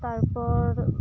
ᱛᱟᱨ ᱯᱚᱨ